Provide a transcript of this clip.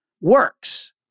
works